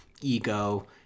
ego